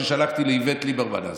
ששלחתי לאיווט ליברמן אז,